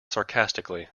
sarcastically